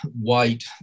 white